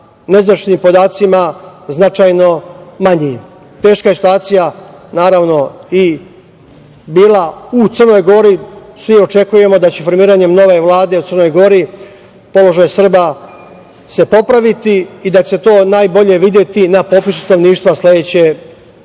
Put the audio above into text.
nezvaničnim podacima, značajno manji. Teška je situacija, naravno, bila i u Crnoj Gori. Svi očekujemo da će formiranjem nove vlade u Crnoj Gori položaj Srba se popraviti i da će se to najbolje videti na popisu stanovništva sledeće